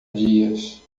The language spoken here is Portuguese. dias